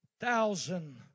thousand